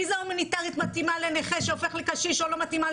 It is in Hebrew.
ויזה הומניטארית מתאימה לנכה שהופך לקשיש או לא מתאימה,